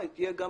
תודה,